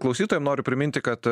klausytojam noriu priminti kad